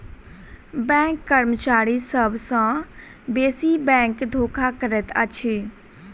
bank कर्मचारी सभ सॅ बेसी बैंक धोखा करैत अछि